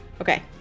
Okay